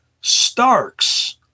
Starks